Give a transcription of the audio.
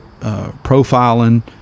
profiling